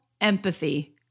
empathy